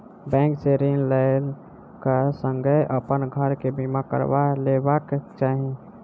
bank से ऋण लै क संगै अपन घर के बीमा करबा लेबाक चाही